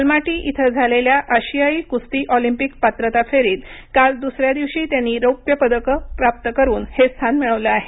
Almaty इथं झालेल्या आशियाई कुस्ती ऑलिंपिंक पात्रता फेरीत काल दुसऱ्या दिवशी त्यांनी रौप्य पदक प्राप्त करुन हे स्थान मिळवल आहे